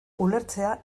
ulertzea